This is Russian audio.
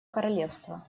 королевства